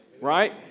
right